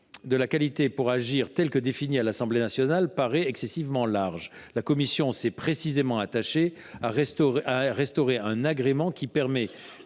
de la qualité pour agir tel que défini à l’Assemblée nationale paraît excessivement large. La commission s’est précisément attachée à restaurer un agrément permettant